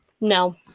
No